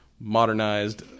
modernized